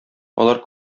алар